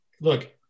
look